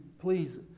please